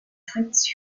fritz